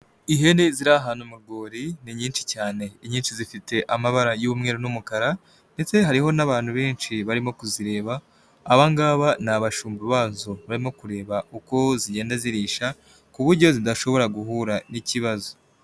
Ihene ziri ahantu mu rwuri ni nyinshi cyane inyinshi zifite amabara y'umweru n'umukara ndetse hariho n'abantu benshi barimo kuzireba, aba ngaba ni abashumba bazo barimo kureba uko zigenda zirisha ku buryo zidashobora guhura n'ikibazo.